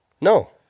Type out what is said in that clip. no